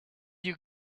you